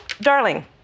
Darling